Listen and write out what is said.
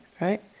right